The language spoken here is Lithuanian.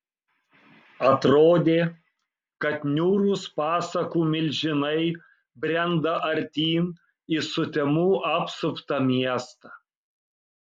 atrodė kad niūrūs pasakų milžinai brenda artyn į sutemų apsuptą miestą